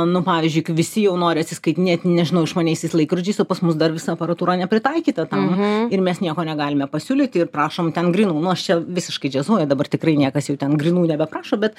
nu pavyzdžiui kai visi jau nori atsiskaitinėti nežinau išmaniaisiais laikrodžiais o pas mus dar visa aparatūra nepritaikyta tam ir mes nieko negalime pasiūlyti ir prašom ten grynų nu aš čia visiškai džiazuoju dabar tikrai niekas jau ten grynų nebeprašo bet